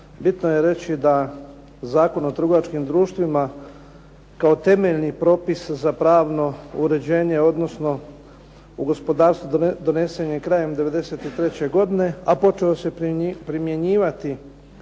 Bitno je reći da Zakon o trgovačkim društvima kao temeljni propis za pravno uređenje, odnosno u gospodarstvu donesen je krajem '93. godine, a počeo se primjenjivati